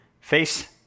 face